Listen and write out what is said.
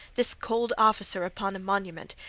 this cold officer upon a monument,